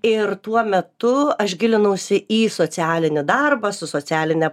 ir tuo metu aš gilinausi į socialinį darbą su socialine